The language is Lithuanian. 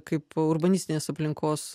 kaip urbanistinės aplinkos